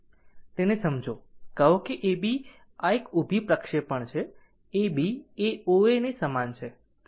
તેને સમજો કહો A B આ એક ઊભી પ્રક્ષેપણ છે A B એ O Aની સમાન છે